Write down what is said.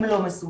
הם לא מסוגלים.